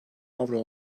avro